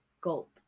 gulp